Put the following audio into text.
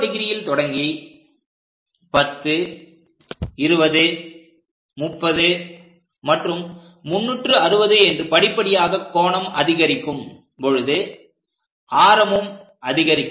0°ல் தொடங்கி 10 20 30 மற்றும் 360° என்று படிப்படியாக கோணம் அதிகரிக்கும் பொழுது ஆரமும் அதிகரிக்கும்